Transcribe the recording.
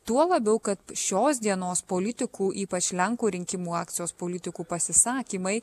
tuo labiau kad šios dienos politikų ypač lenkų rinkimų akcijos politikų pasisakymai